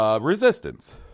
Resistance